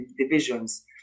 divisions